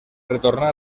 retornà